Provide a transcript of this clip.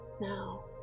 Now